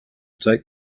take